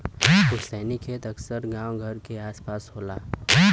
पुस्तैनी खेत अक्सर गांव घर क आस पास होला